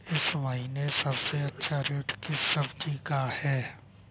इस महीने सबसे अच्छा रेट किस सब्जी का है?